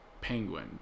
Penguin